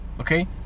okay